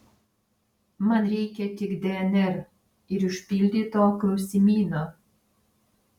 man reikia tik dnr ir užpildyto klausimyno